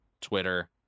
Twitter